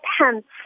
pants